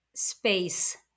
space